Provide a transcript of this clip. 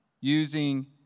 using